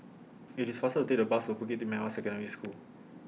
IT IS faster to Take The Bus to Bukit Merah Secondary School